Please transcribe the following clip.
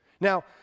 Now